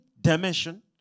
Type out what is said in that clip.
dimension